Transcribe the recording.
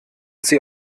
sie